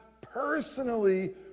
personally